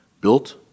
built